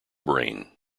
brain